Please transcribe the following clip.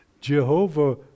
Jehovah